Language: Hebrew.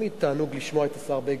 תמיד תענוג לשמוע את השר בגין,